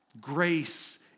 Grace